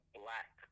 black